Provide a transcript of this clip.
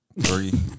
Three